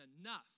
enough